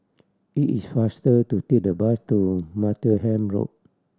it is faster to take the bus to Martlesham Road